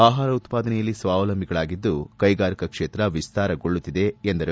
ಆಹಾರ ಉತ್ಪಾದನೆಯಲ್ಲಿ ಸ್ವಾವಲಂಬಗಳಾಗಿದ್ದು ಕೈಗಾರಿಕಾ ಕ್ಷೇತ್ರ ವಿಸ್ತಾರಗೊಳ್ಳುತ್ತಿದೆ ಎಂದರು